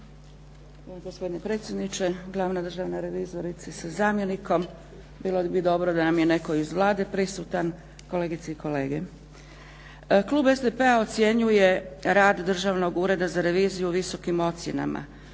Hvala gospodine predsjedniče. Glavna državna revizorice sa zamjenikom. Bilo bi dobro da nam je netko iz Vlade prisutan, kolegice i kolege. Klub SDP-a ocjenjuje rad Državnog ureda za reviziju visokim ocjenama.